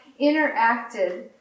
interacted